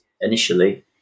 initially